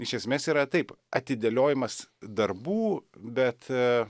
iš esmės yra taip atidėliojimas darbų bet